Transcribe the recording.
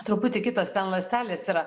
truputį kitos ten ląstelės yra